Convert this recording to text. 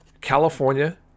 California